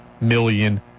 million